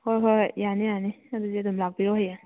ꯍꯣꯏ ꯍꯣꯏ ꯍꯣꯏ ꯌꯥꯅꯤ ꯌꯥꯅꯤ ꯑꯗꯨꯗꯤ ꯑꯗꯨꯝ ꯂꯥꯛꯄꯤꯔꯣ ꯍꯌꯦꯡ